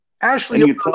ashley